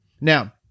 Now